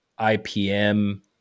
IPM